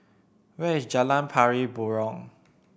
where is Jalan Pari Burong